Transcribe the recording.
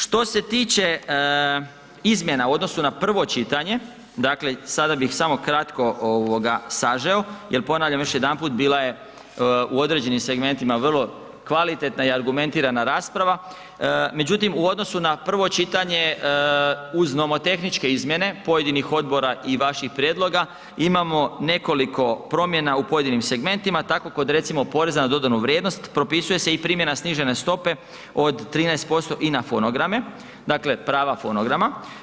Što se tiče izmjena u odnosu na prvo čitanje, dakle sada bih samo kratko ovoga sažeo jel ponavljam još jedanput bila je u određenim segmentima vrlo kvalitetna i argumentirana rasprava, međutim u odnosu na prvo čitanje uz nomotehničke izmjene pojedinih odbora i vaših prijedloga, imamo nekoliko promjena u pojedinim segmentima, tako kod recimo poreza na dodanu vrijednost propisuje se i primjena snižene stope od 13% i na fonograme, dakle prava fonograma.